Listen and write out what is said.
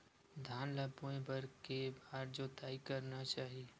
धान ल बोए बर के बार जोताई करना चाही?